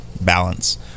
balance